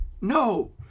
No